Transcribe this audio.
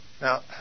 Now